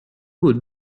would